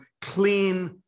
clean